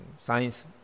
science